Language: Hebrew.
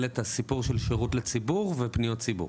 את הסיפור של שירות לציבור ופניות ציבור.